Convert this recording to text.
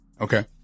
Okay